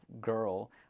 girl